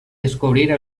descobrir